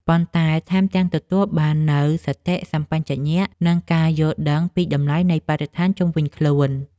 ប៉ុន្តែថែមទាំងទទួលបាននូវសតិសម្បជញ្ញៈ និងការយល់ដឹងពីតម្លៃនៃបរិស្ថានជុំវិញខ្លួន។